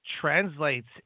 translates